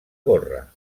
gorra